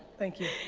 thank you.